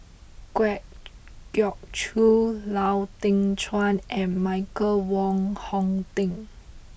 Kwa Geok Choo Lau Teng Chuan and Michael Wong Hong Teng